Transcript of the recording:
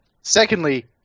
Secondly